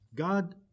God